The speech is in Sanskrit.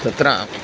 तत्र